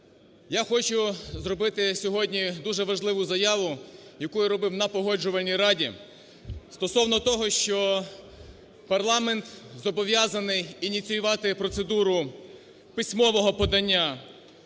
я хочу зробити сьогодні дуже важливу заяву, яку я робив на Погоджувальній раді стосовно того, що парламент зобов'язаний ініціювати процедуру письмового подання